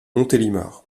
montélimar